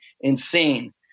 insane